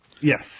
Yes